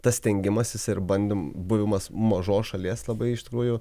tas stengimasis ir buvimas mažos šalies labai iš tikrųjų